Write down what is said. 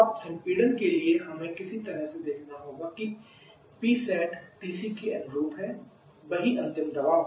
अब संपीड़न के लिए हमें किसी तरह देखना होगा कि Psat TC के अनुरूप है वही अंतिम दबाव